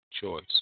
Choice